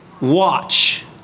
watch